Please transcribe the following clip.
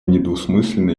недвусмысленно